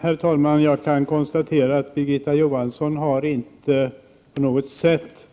Herr talman! Jag kan konstatera att Birgitta Johansson inte på något sätt